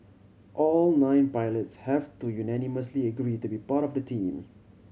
all nine pilots have to unanimously agree to be part of the team